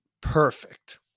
perfect